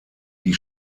die